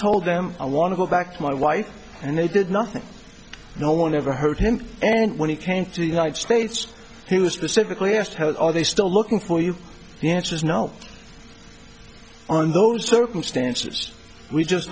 told them i want to go back to my wife and they did nothing no one ever heard him and when he came to the united states he was specifically asked how are they still looking for you the answer is no on those circumstances we just